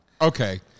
okay